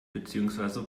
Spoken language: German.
beziehungsweise